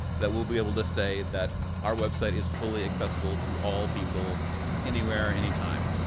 that we'll be able to say that our website is fully accessible to all people anywhere, any time.